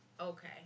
Okay